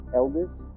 eldest